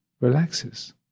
relaxes